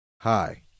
Hi